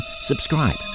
subscribe